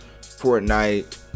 Fortnite